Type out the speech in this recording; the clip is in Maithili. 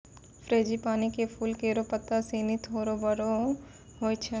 फ़्रेंजीपानी क फूल केरो पत्ता सिनी थोरो बड़ो होय छै